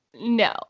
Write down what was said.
No